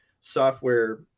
software